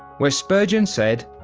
where spurgeon said,